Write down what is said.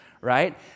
right